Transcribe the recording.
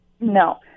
No